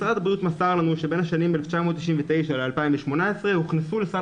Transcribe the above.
משרד הבריאות מסר לנו שבין השנים 1999 ל-2018 הוכנסו לסל